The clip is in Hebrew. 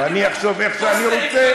ואני אחשוב איך שאני רוצה.